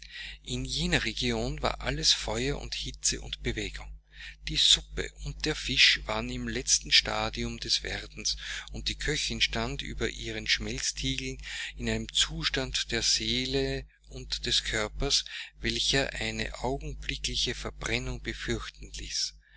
in jener region war alles feuer und hitze und bewegung die suppe und der fisch waren im letzten stadium des werdens und die köchin stand über ihren schmelztiegeln in einem zustande der seele und des körpers welcher eine augenblickliche verbrennung befürchten ließ